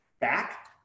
back